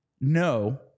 No